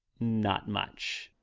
not much.